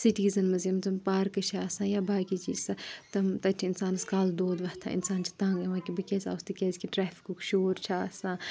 citizen مَنٛز یِم تم پارکہٕ چھِ آسان یا باقٕے چیٖز چھِ آسان تِم تَتہِ چھِ اِنسانَس کَلہٕ دود وۄتھان اِنسان چھُ تَنٛگ یِوان کہِ بہٕ کیازِ آوُس تِکیٛازِکہِ ٹریفکُک شور چھُ آسان